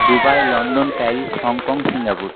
Dubai London Paris Hong Kong Singapore